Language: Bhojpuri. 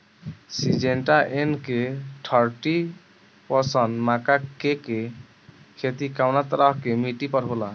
सिंजेंटा एन.के थर्टी प्लस मक्का के के खेती कवना तरह के मिट्टी पर होला?